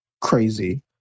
crazy